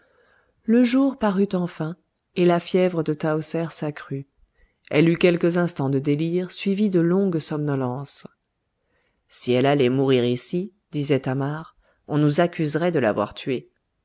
le jour parut enfin et la fièvre de tahoser s'accrut elle eut quelques instants de délire suivis de longues somnolences si elle allait mourir ici disait thamar on nous accuserait de l'avoir tuée